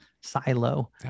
silo